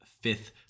fifth